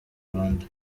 rwanda